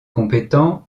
compétent